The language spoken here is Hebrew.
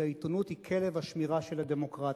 שהעיתונות היא כלב השמירה של הדמוקרטיה.